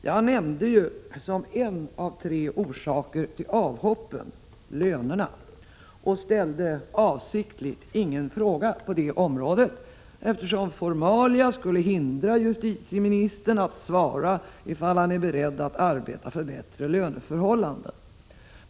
Jag nämnde som en av tre orsaker till avhoppen lönerna och ställde avsiktligt ingen fråga på det området, eftersom formalia skulle hindra justitieministern att svara ifall han är beredd att arbeta för bättre löneförhållanden.